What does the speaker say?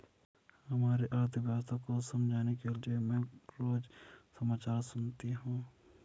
हमारी अर्थव्यवस्था को समझने के लिए मैं रोज समाचार सुनती हूँ